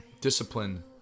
discipline